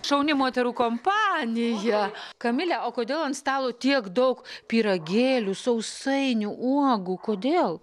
šauni moterų kompanija kamile o kodėl ant stalo tiek daug pyragėlių sausainių uogų kodėl